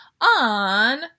On